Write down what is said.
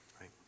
right